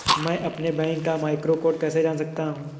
मैं अपने बैंक का मैक्रो कोड कैसे जान सकता हूँ?